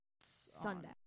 Sunday